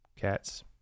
cats